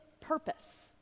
purpose